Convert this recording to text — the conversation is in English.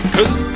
Cause